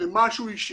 משהו אישי.